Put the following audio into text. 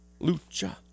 Lucha